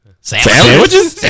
sandwiches